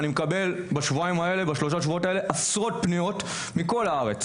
אני מקבל בשבועיים שלושה האלה עשרות פניות מכל הארץ